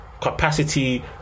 Capacity